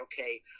okay